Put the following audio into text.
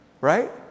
right